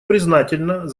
признательна